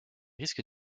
risques